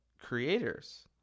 creators